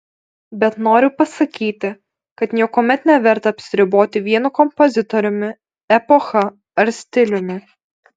bet noriu pasakyti kad niekuomet neverta apsiriboti vienu kompozitoriumi epocha ar stiliumi